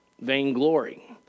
vainglory